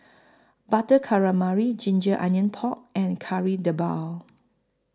Butter Calamari Ginger Onions Pork and Kari Debal